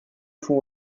font